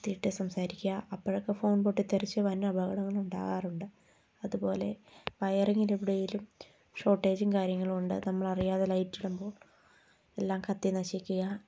കുത്തിയിട്ട് സംസാരിക്കുക അപ്പോഴൊക്കെ ഫോൺ പൊട്ടിത്തെറിച്ച് വൻ അപകടങ്ങൾ ഉണ്ടാകാറുണ്ട് അതുപോലെ വയറിങ്ങിൻ്റെ ഇടയിലും ഷോർട്ടേജും കാര്യങ്ങളുണ്ട് അത് നമ്മളറിയാതെ ലൈറ്റ് ഇടുമ്പോൾ എല്ലാം കത്തി നശിക്കുക